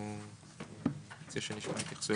אני מציע שנשמע התייחסויות.